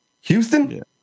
Houston